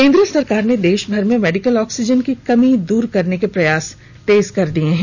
केन्द्र सरकार ने देश भर में मेडिकल ऑक्सीजन की कमी को दूर करने के प्रयास तेज कर दिये हैं